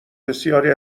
بسیاری